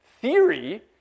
theory